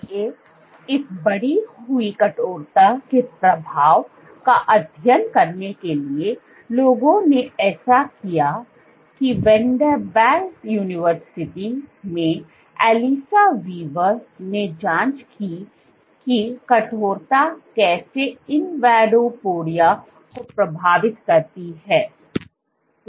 इसलिए इस बढ़ी हुई कठोरता के प्रभाव का अध्ययन करने के लिए लोगों ने ऐसा किया है इसलिए वेंडरबिल्ट यूनिवर्सिटी में एलिसा वीवर ने जांच की कि कठोरता कैसे इनवॉडोपोडिया को प्रभावित करती है